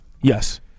Yes